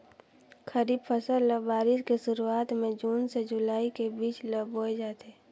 खरीफ फसल ल बारिश के शुरुआत में जून से जुलाई के बीच ल बोए जाथे